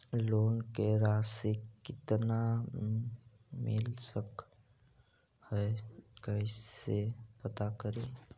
Loan के रासि कितना मिल सक है कैसे पता करी?